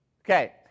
okay